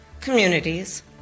communities